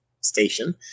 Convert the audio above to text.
Station